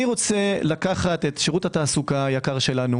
אני רוצה לקחת את שירות התעסוקה היקר שלנו